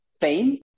fame